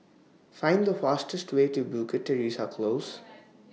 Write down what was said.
Find The fastest Way to Bukit Teresa Close